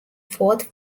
fourth